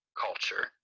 culture